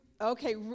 okay